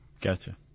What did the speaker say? Gotcha